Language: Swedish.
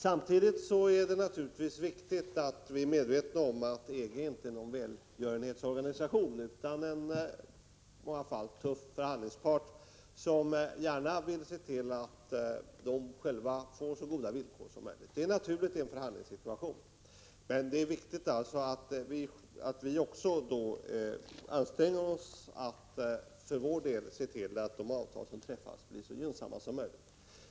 Samtidigt är det naturligtvis viktigt att vi är medvetna om att EG inte är någon välgörenhetsorganisation utan en i många fall tuff förhandlingspart, som gärna ser till att den själv får så goda villkor som möjligt. Det är naturligt i en förhandlingssituation. Då är det viktigt att vi också anstränger oss för att för vår del se till att de avtal som träffas blir så gynnsamma som möjligt.